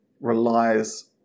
relies